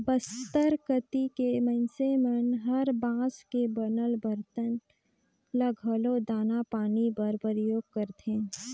बस्तर कति के मइनसे मन हर बांस के बनल बरतन ल घलो दाना पानी बर परियोग करथे